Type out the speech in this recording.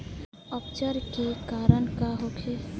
अपच के कारण का होखे?